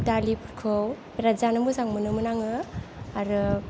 दालिफोरखौ बिराद जानो मोजां मोनोमोन आङो आरो